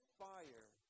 fire